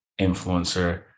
influencer